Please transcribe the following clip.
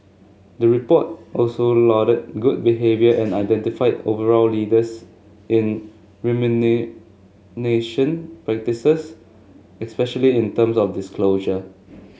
the report also lauded good behaviour and identified overall leaders in remuneration practices especially in terms of disclosure